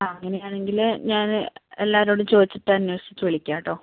അങ്ങനെയാണെങ്കിൽ ഞാൻ എല്ലാവരോടും ചോദിച്ചിട്ട് അന്വേഷിച്ചിട്ട് വിളിക്കാം കേട്ടോ